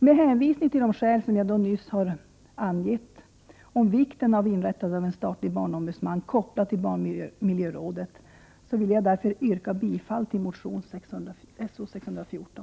Med hänvisning till de skäl som jag nyss har angett beträffande vikten av inrättandet av en statlig barnombudsman kopplad till barnmiljörådet yrkar jag bifall till motion So614.